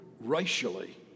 racially